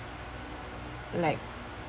like